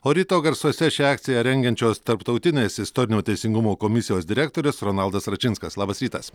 o ryto garsuose šią akciją rengiančios tarptautinės istorinio teisingumo komisijos direktorius ronaldas račinskas labas rytas